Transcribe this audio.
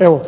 Evo,